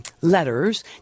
letters